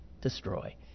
destroy